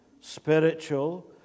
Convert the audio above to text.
spiritual